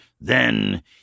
Then